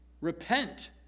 Repent